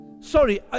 Sorry